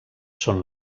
són